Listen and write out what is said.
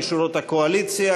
משורות הקואליציה,